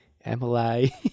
Emily